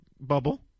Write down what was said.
bubble